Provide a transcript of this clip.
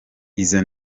izo